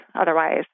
otherwise